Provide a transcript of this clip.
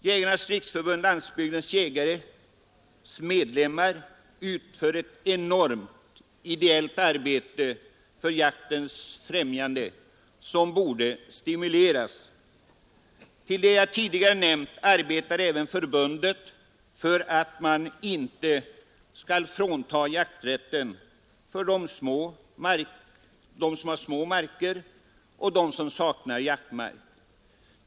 Jägarnas riksförbund-Landsbygdens jägares medlemmar utför ett enormt ideellt arbete för jaktens främjande, vilket borde stimuleras. Till det jag tidigare nämnt arbetar även förbundet för att man inte skall ta jakträtten ifrån de små markägarna och dem som saknar jaktmark.